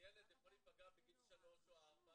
ילד יכול להיפגע בגיל שלוש או ארבע